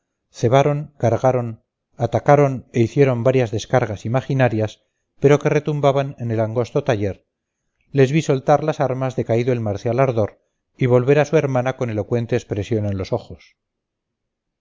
cebaron cargaron atacaron e hicieron varias descargas imaginarias pero que retumbaban en el angosto taller les vi soltar las armas decaído el marcial ardor y volver a su hermana con elocuente expresión los ojos